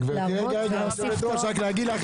הצבעה הנוסח אושר יושבת הראש זה רגע